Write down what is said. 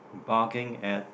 barking at